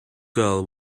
girl